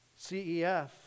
CEF